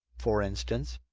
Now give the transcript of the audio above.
for instance.